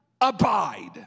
abide